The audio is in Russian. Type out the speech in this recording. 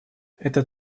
это